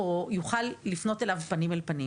תוכל להיות מוכנה לאתגר הטבע המאוד-מאוד קשה